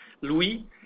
Louis